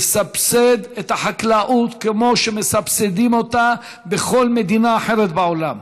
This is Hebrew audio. לסבסד את החקלאות כמו שמסבסדים אותה בכל מדינה אחרת בעולם,